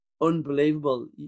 unbelievable